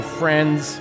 friends